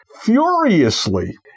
furiously